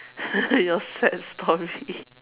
your sad story